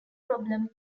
problem